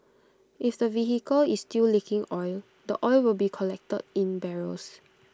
if the vehicle is still leaking oil the oil will be collected in barrels